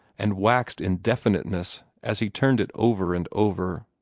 and waxed in definiteness as he turned it over and over.